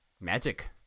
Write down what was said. magic